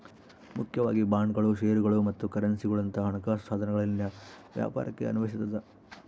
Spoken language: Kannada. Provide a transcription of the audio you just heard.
ಮುಖ್ಯವಾಗಿ ಬಾಂಡ್ಗಳು ಷೇರುಗಳು ಮತ್ತು ಕರೆನ್ಸಿಗುಳಂತ ಹಣಕಾಸು ಸಾಧನಗಳಲ್ಲಿನ ವ್ಯಾಪಾರಕ್ಕೆ ಅನ್ವಯಿಸತದ